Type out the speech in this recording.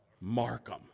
Markham